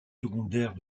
secondaires